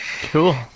Cool